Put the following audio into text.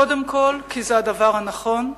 קודם כול כי זה הדבר הנכון,